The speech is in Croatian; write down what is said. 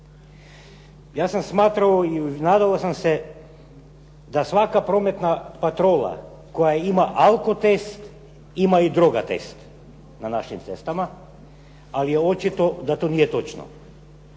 Ja sam smatrao i nadao se da svaka prometna patrola koja ima alkotest ima i droga test, na našim cestama, ali je očito da to nije točno.